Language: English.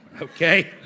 okay